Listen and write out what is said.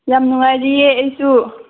ꯌꯥꯝ ꯅꯨꯡꯉꯥꯏꯔꯤꯑꯦ ꯑꯩꯁꯨ